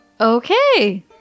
Okay